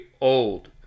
old